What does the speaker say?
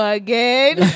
again